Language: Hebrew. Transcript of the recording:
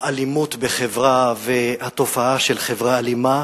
האלימות בחברה והתופעה של חברה אלימה,